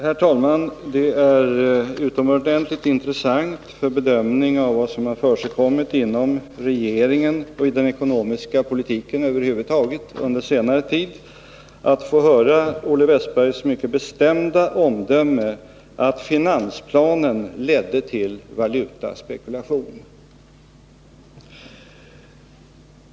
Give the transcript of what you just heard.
Herr talman! Det är utomordentligt intressant för bedömningen av vad som har förekommit inom regeringen och i den ekonomiska politiken över huvud taget under senare tid att höra Olle Wästbergs mycket bestämda omdöme, att finansplanen ledde till valutaspekulation.